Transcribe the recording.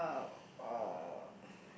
uh uh